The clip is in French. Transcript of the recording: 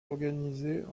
organisées